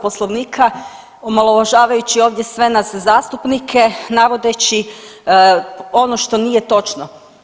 Poslovnika omalovažavajući ovdje sve nas zastupnike navodeći ono što nije točno.